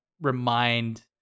remind